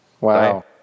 Wow